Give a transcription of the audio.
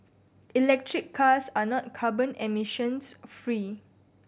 electric cars are not carbon emissions free